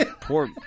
poor